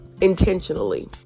intentionally